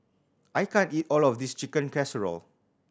I can't eat all of this Chicken Casserole